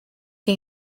que